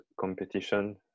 competition